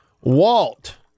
Walt